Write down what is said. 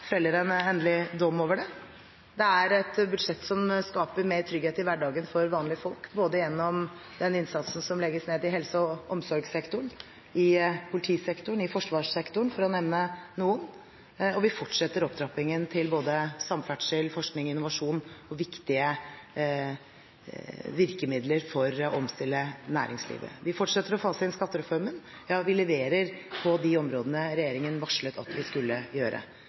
en endelig dom. Det er et budsjett som skaper mer trygghet i hverdagen for vanlige folk gjennom den innsatsen som legges ned i helse- og omsorgssektoren, i politisektoren, i forsvarssektoren – for å nevne noen – og vi fortsetter opptrappingen til både samferdsel, forskning, innovasjon og viktige virkemidler for å omstille næringslivet. Vi fortsetter å fase inn skattereformen. Ja, vi leverer på de områdene regjeringen varslet at vi skulle gjøre.